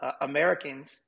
Americans